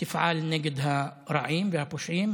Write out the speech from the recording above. תפעל נגד הרעים והפושעים